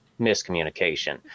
miscommunication